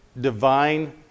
divine